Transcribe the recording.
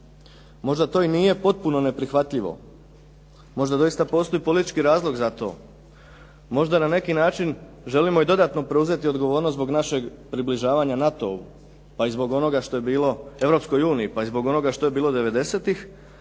Možda to i nije potpuno neprihvatljivo, možda doista postoji politički razlog za to. Možda na neki način želimo i dodatno preuzeti odgovornost zbog našeg približavanja NATO-u pa i zbog onoga što je bilo u Europskoj uniji, pa i zbog onoga što je bilo